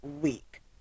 week